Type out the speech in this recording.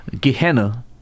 Gehenna